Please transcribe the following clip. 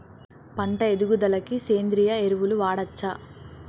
పంట ఎదుగుదలకి సేంద్రీయ ఎరువులు వాడచ్చా?